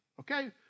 Okay